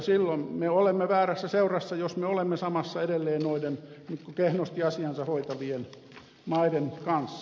silloin me olemme väärässä seurassa jos me olemme samassa edelleen noiden kehnosti asiansa hoitavien maiden kanssa